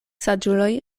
saĝuloj